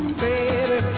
baby